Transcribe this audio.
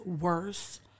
worse